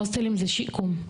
הוסטלים זה שיקום.